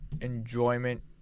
enjoyment